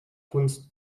kunst